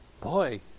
Boy